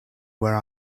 where